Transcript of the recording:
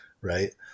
right